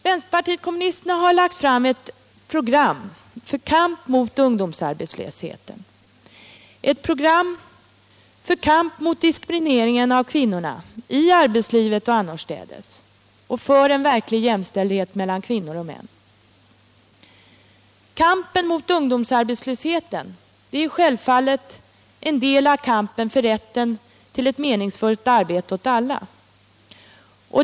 Vänsterpartiet kommunisterna har lagt fram ett program för kamp mot ungdomsarbetslösheten, ett program för kamp mot diskrimineringen av kvinnorna i arbetslivet och annorstädes samt för en verklig jämställdhet mellan kvinnor och män. Kampen mot ungdomsarbetslösheten är självfallet en del av kampen för rätten till ett meningsfullt arbete åt alla.